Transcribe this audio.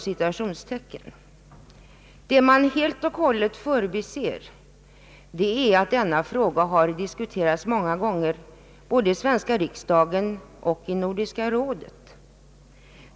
Vad man helt och hållet förbiser är att denna fråga diskuterats många gånger både i svenska riksdagen och i Nordiska rådet.